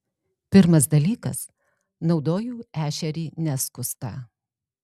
pirmas dalykas naudoju ešerį neskustą